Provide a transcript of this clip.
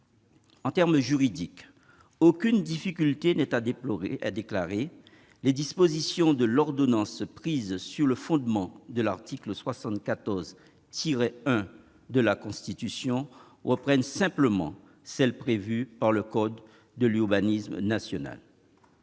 En termes juridiques, on ne déplore aucune difficulté, les dispositions de l'ordonnance prises sur le fondement de l'article 74-1 de la Constitution reprenant simplement celles prévues par le code de l'urbanisme national.